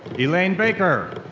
elaine baker.